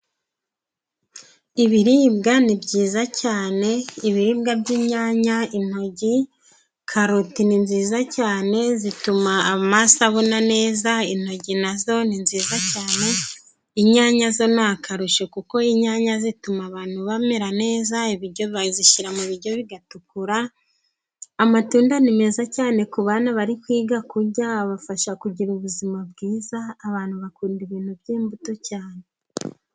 Ibiribwa ni byiza cyane ibiribwa by'inyanya, intoryi, karoti ni nziza cyane zituma amaso abona neza, intoryi na zo ni nziza cyane inyanya zo ni akarusho, kuko inyanya zituma abantu bamera neza bazishyira mu biryo bigatukura, amatunda ni meza cyane ku bana bari kwiga kurya, abafasha kugira ubuzima bwiza abantu bakunda ibintu by'imbuto cyane.